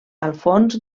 alfons